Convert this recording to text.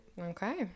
Okay